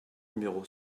numéro